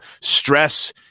stress